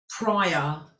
prior